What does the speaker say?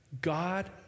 God